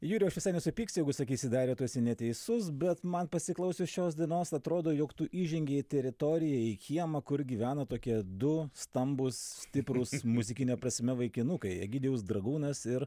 jurijau aš visai nesupyksiu jeigu sakysi dariau tu esi neteisus bet man pasiklausius šios dainos atrodo jog tu įžengei į teritoriją į kiemą kur gyvena tokie du stambūs stiprūs muzikine prasme vaikinukai egidijaus dragūnas ir